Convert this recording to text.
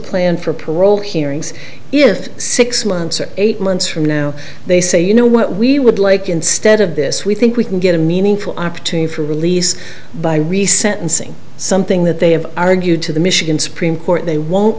plan for parole hearings if six months or eight months from now they say you know what we would like instead of this we think we can get a meaningful opportunity for release by reset and sing something that they have argued to the michigan supreme court they won't